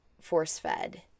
force-fed